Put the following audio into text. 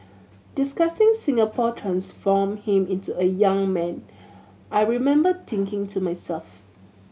discussing Singapore transformed him into a young man I remember thinking to myself